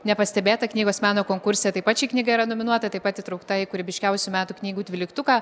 nepastebėta knygos meno konkurse taip pat ši knyga yra nominuota taip pat įtraukta į kūrybiškiausių metų knygų dvyliktuką